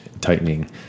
tightening